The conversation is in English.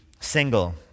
Single